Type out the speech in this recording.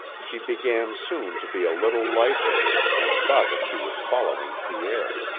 she began soon to be a little light-headed and thought that she was following pierre.